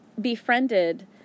befriended